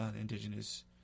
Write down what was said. indigenous